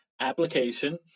application